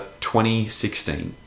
2016